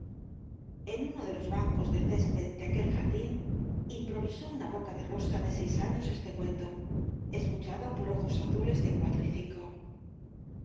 en uno de los bancos de césped de aquel jardin improvisó una boca de rosa de seis años este cuento escuchado por ojos azules de cuatro y cinco